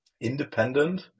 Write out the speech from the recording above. independent